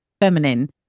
feminine